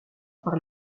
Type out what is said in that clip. par